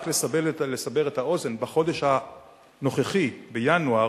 רק לסבר את האוזן: בחודש הנוכחי, בינואר,